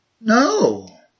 No